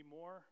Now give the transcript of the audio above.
more